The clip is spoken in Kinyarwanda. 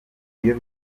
iyo